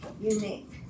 Unique